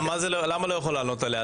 למה לא יכול לענות עליה?